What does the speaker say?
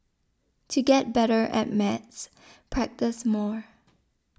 to get better at maths practise more